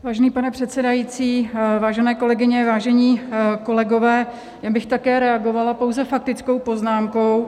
Vážený pane předsedající, vážené kolegyně, vážení kolegové, já bych také reagovala pouze faktickou poznámkou.